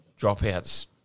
dropouts